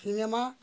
cinema